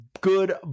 good